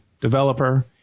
developer